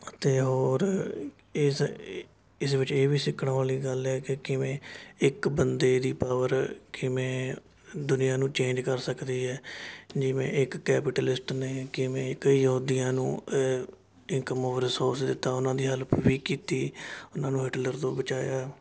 ਅਤੇ ਹੋਰ ਇਸ ਇਸ ਵਿੱਚ ਇਹ ਵੀ ਸਿੱਖਣ ਵਾਲੀ ਗੱਲ ਹੈ ਕਿ ਕਿਵੇਂ ਇੱਕ ਬੰਦੇ ਦੀ ਪਾਵਰ ਕਿਵੇਂ ਦੁਨੀਆਂ ਨੂੰ ਚੇਜ਼ ਕਰ ਸਕਦੀ ਹੈ ਜਿਵੇਂ ਇੱਕ ਕੈਪੀਟਲਿਸਟ ਨੇ ਕਿਵੇਂ ਇੱਕ ਯਹੂਦੀਆਂ ਨੂੰ ਇੰਨਕਮ ਔਫ ਰਿਸ੍ਰੋਸ ਦਿੱਤਾ ਉਹਨਾਂ ਦੀ ਹੈੱਲਪ ਵੀ ਕੀਤੀ ਉਹਨਾਂ ਨੂੰ ਹਿਟਲਰ ਤੋਂ ਬਚਾਇਆ